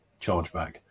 chargeback